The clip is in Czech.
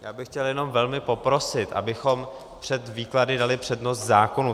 Jenom bych chtěl velmi poprosit, abychom před výklady dali přednost zákonu.